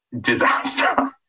Disaster